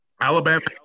Alabama